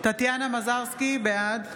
טטיאנה מזרסקי, בעד